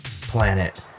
planet